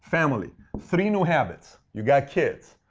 family. three new habits. you got kids.